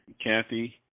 Kathy